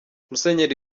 musenyeri